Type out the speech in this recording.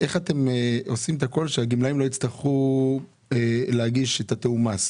איך אתם עושים את הכול כדי שהגמלאים לא יצטרכו להגיש תיאום מס?